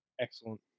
Excellent